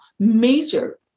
major